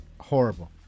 horrible